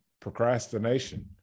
procrastination